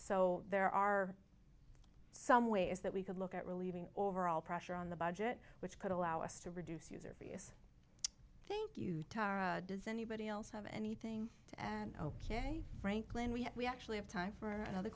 so there are some ways that we could look at relieving overall pressure on the budget which could allow us to reduce thank you tara does anybody else have anything and ok franklin we actually have time for another